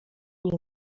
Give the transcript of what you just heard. nie